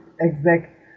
exact